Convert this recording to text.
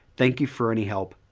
thank you for any help.